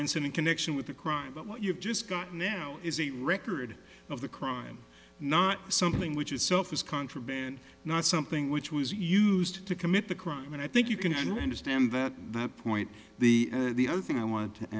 incident connection with the crime but what you've just got now is a record of the crime not something which is surface contraband not something which was used to commit the crime and i think you can understand that that point the the other thing i wanted to